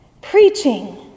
preaching